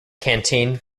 canteen